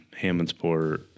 Hammondsport